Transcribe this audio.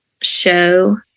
show